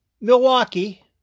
Milwaukee